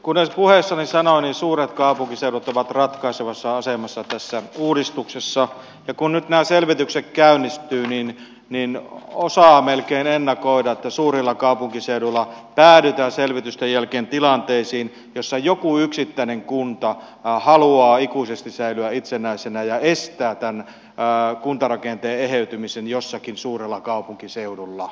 kuten puheessani sanoin suuret kaupunkiseudut ovat ratkaisevassa asemassa tässä uudistuksessa ja kun nyt nämä selvitykset käynnistyvät niin osaa melkein ennakoida että suurilla kaupunkiseuduilla päädytään selvitysten jälkeen tilanteisiin joissa joku yksittäinen kunta haluaa ikuisesti säilyä itsenäisenä ja estää tämän kuntarakenteen eheytymisen jossakin suurella kaupunkiseudulla